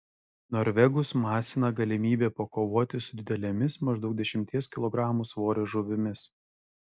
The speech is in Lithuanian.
norvegus masina galimybė pakovoti su didelėmis maždaug dešimties kilogramų svorio žuvimis